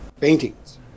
paintings